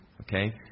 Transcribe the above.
Okay